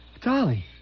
Dolly